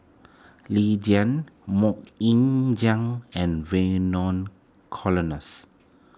Lee Tjin Mok Ying Jang and Vernon Cornelius